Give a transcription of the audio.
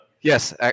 Yes